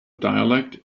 dialect